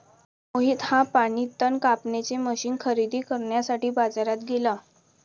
मोहित हा पाणी तण कापण्याचे मशीन खरेदी करण्यासाठी बाजारात गेला